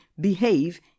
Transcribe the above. behave